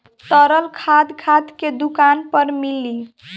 तरल खाद खाद के दुकान पर मिली